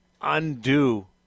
undo